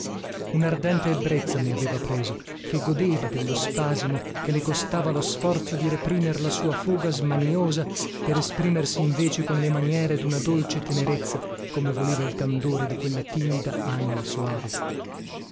mie unardente ebbrezza mi aveva preso che godeva dello spasimo che le costava lo sforzo di reprimer la sua foga smaniosa per esprimersi invece con le maniere duna dolce tenerezza come voleva il candore di quella timida anima soave